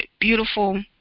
beautiful